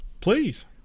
Please